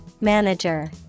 Manager